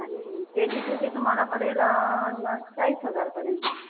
आणि K G टूची तुम्हाला पडेल चाळीस हजारपर्यंत